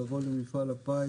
לבוא למפעל הפיס